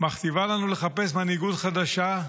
מכתיבה לנו לחפש מנהיגות חדשה,